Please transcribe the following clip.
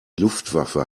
luftwaffe